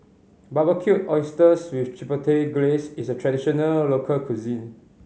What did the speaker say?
Barbecued Oysters with Chipotle Glaze is a traditional local cuisine